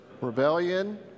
rebellion